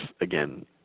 again